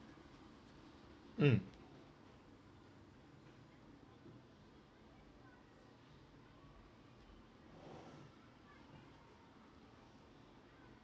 mm